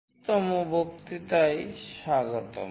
25 তম বক্তৃতায় স্বাগতম